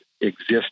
exist